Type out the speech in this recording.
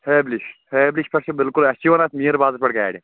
ہیبلِش ہیبلِش پٮ۪ٹھ چھِ بِلکُل اَسہِ چھِ یِوَان اَتھ میٖر بازرٕ پٮ۪ٹھ گاڑِ